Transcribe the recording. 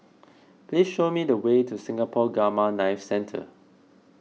please show me the way to Singapore Gamma Knife Centre